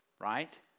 right